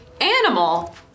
animal